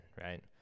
right